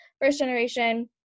first-generation